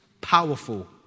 Powerful